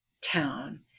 town